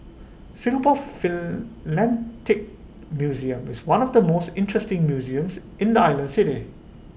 Singapore museum is one of the most interesting museums in the island city